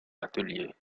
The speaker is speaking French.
ateliers